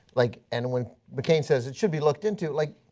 like and when mccain says it should be looked into, like,